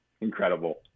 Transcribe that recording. incredible